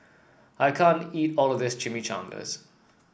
I can't eat all of this Chimichangas